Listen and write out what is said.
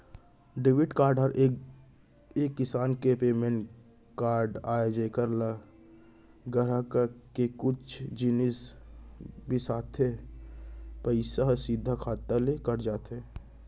debit card ह एक किसम के पेमेंट कारड अय जेकर ले गराहक ह कुछु जिनिस बिसाथे त पइसा ह सीधा खाता ले कट जाथे